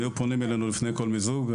הם היו פונים אלינו לפני כל מיזוג.